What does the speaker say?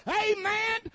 amen